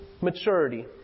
maturity